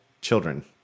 children